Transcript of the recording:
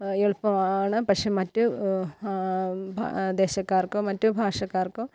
എളുപ്പമാണ് പക്ഷെ മറ്റു ഭാ ദേശക്കാർക്കോ മറ്റു ഭാഷക്കാർക്കോ